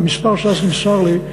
המספר שאז נמסר לי,